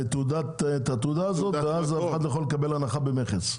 תעודת מקור, ואז אף אחד לא יכול לקבל הנחה במכס.